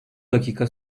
dakika